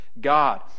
God